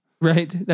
Right